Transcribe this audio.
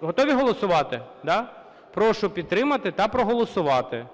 Готові голосувати, да? Прошу підтримати та проголосувати.